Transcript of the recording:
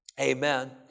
Amen